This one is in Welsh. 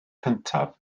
cyntaf